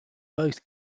both